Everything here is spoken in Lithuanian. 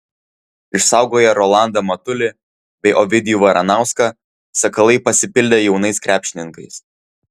išsaugoję rolandą matulį bei ovidijų varanauską sakalai pasipildė jaunais krepšininkais